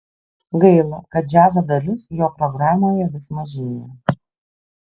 gaila kad džiazo dalis jo programoje vis mažėja